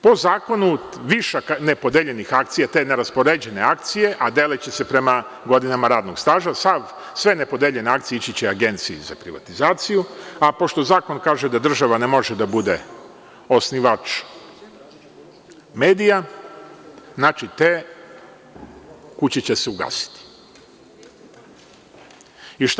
Po zakonu, višak nepodeljenih akcija, te neraspoređene akcije, a deliće se prema godinama radnog staža, sve nepodeljene akcije ići će Agenciji za privatizaciju, a pošto Zakon kaže da država ne može da bude osnivač medija, znači, te kuće će se ugasiti.